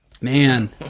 Man